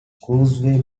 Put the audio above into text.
causeway